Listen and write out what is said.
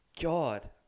God